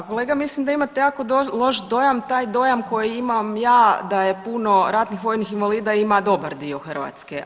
Pa kolega mislim da imate jako loš dojam taj dojam koji imam ja da je puno ratnih vojnih invalida ima dobar dio Hrvatske.